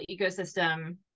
ecosystem